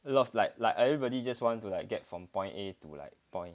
like like like everybody just want to like get from point A to point